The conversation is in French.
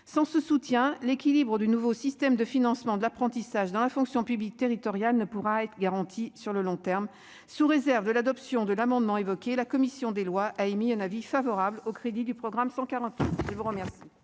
sans ce soutien, l'équilibre du nouveau système de financement de l'apprentissage dans la fonction publique territoriale ne pourra être garantie sur le long terme, sous réserve de l'adoption de l'amendement évoqué la commission des lois a émis un avis favorable aux crédits du programme 100 qui vous remercie.